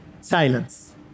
silence